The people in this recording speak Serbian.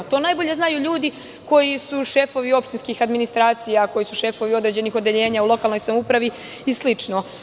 To najbolje znaju ljudi koji su šefovi opštinskih administracija, koji su šefovi određenih odeljenja u lokalnoj samoupravi i slično.